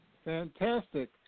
Fantastic